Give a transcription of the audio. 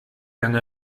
lange